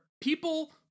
people